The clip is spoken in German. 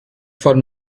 von